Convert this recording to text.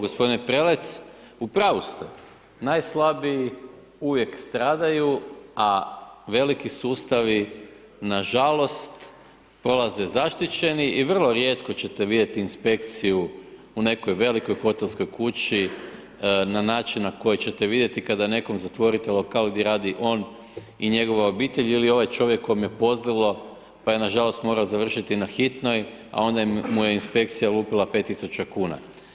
Gospodine Prelec, u pravu ste, najslabiji uvijek stradaju a veliki sustavi nažalost prolaze zaštićeni i vrlo rijetko ćete vidjeti inspekciju u nekoj velikoj hotelskoj kući na način na koji ćete vidjeti kada nekom zatvorite lokal gdje radi on i njegova obitelj ili ovaj čovjek kojem je pozlilo pa je nažalost morao završiti na hitnoj a onda mu je inspekcija lupila 5 tisuća kuna.